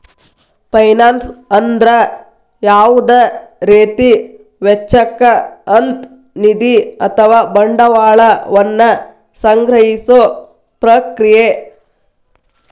finance ಅಂದ್ರ ಯಾವುದ ರೇತಿ ವೆಚ್ಚಕ್ಕ ಅಂತ್ ನಿಧಿ ಅಥವಾ ಬಂಡವಾಳ ವನ್ನ ಸಂಗ್ರಹಿಸೊ ಪ್ರಕ್ರಿಯೆ